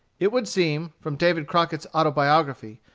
it would seem, from david crockett's autobiography,